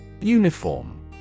Uniform